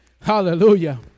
Hallelujah